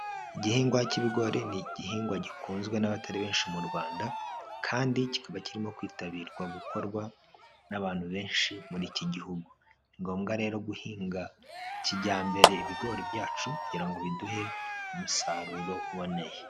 Igihingwa cy'ibigori ni igihingwa gikunzwe n'abatari benshi mu Rwanda kandi kikaba kirimo kwitabirwa gukorwa n'abantu benshi muri iki gihugu, ni ngombwa rero guhinga kijyambere ibigori byacu kugira ngo biduhe umusaruro uboneye.